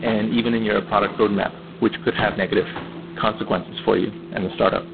and even in your product roadmap, which could have negative consequences for you in and the startup.